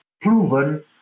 proven